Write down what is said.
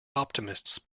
optimists